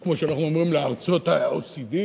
או כמו שאנחנו אומרים: לארצות ה-OECD,